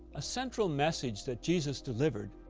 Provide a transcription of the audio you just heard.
a central message that jesus delivered,